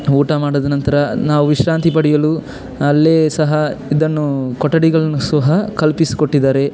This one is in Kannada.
ಊಟ ಮಾಡೋದು ನಂತರ ನಾವು ವಿಶ್ರಾಂತಿ ಪಡಿಯಲು ಅಲ್ಲಿಯೇ ಸಹ ಇದನ್ನೂ ಕೊಠಡಿಗಳನ್ನೂ ಸಹ ಕಲ್ಪಿಸಿಕೊಟ್ಟಿದ್ದಾರೆ